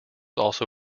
also